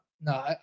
No